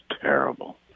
terrible